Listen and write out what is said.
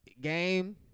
Game